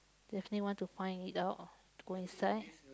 definitely want to find it out to go inside